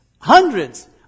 Hundreds